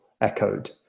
echoed